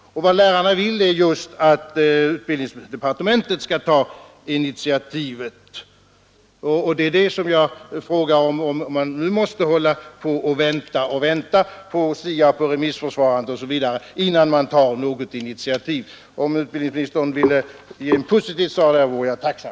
Vad lärarna vill är just att utbildningsdepartementet skall ta initiativ. Det som jag nu frågar är, om man måste hålla på att vänta på SIA, på remissförfarandet osv., innan man tar något initiativ. Om utbildningsministern ville ge ett positivt svar vore jag tacksam.